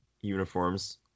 uniforms